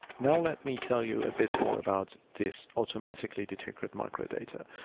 now let me tell you a bit more about this automatically detected micro data.